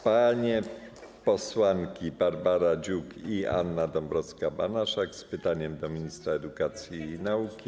Panie posłanki Barbara Dziuk i Anna Dąbrowska-Banaszek mają pytania do ministra edukacji i nauki.